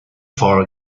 for